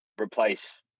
replace